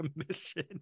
Commission